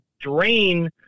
drain